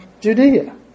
Judea